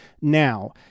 Now